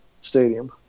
stadium